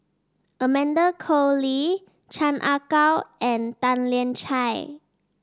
Amanda Koe Lee Chan Ah Kow and Tan Lian Chye